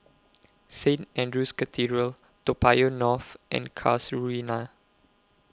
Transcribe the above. Saint Andrew's Cathedral Toa Payoh North and Casuarina